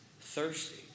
thirsty